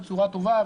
בצורה טובה,